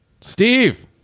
Steve